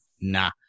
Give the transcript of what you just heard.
nah